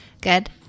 Good